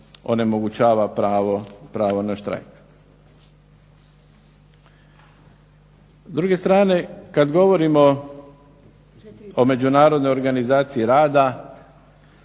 onemogućava pravo na štrajk. S druge strane kad govorimo o Međunarodnoj organizaciji rada